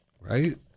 Right